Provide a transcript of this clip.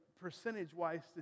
percentage-wise